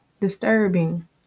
disturbing